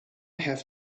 have